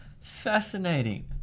Fascinating